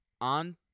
on